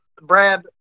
Brad